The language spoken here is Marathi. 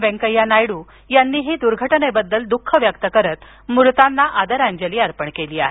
वेंकय्या नायडू यांनीही दुर्घटनेबद्दल दुःख व्यक्त करीत मृतांना आदरांजली अर्पण केली आहे